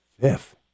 Fifth